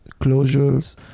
closures